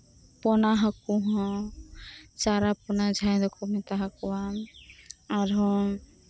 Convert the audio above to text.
ᱯᱚᱱᱟ ᱦᱟᱹᱠᱩ ᱦᱚᱸ ᱪᱟᱨᱟᱯᱚᱱᱟ ᱡᱟᱦᱟᱸᱭ ᱫᱚᱠᱩ ᱢᱮᱛᱟᱠᱚᱣᱟ ᱟᱨ ᱦᱚᱸ